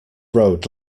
road